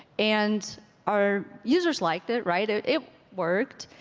and our users liked it, right, it it worked.